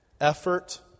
effort